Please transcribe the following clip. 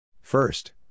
First